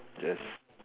just